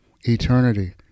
eternity